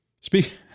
Speak